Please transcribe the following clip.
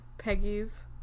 Peggy's